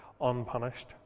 unpunished